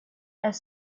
elle